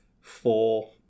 four